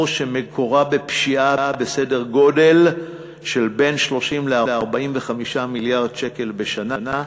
שמקורה בפשיעה בסדר גודל של בין 30 ל-45 מיליארד שקל בשנה.